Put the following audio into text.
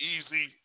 Easy